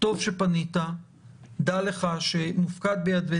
זה בערך הפרט היחיד שאני יודע על המשחקים האולימפיים,